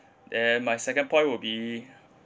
then my second point would be